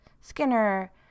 Skinner